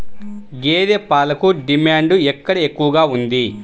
గేదె పాలకు డిమాండ్ ఎక్కడ ఎక్కువగా ఉంది?